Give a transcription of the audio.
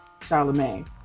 Charlemagne